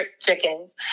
chickens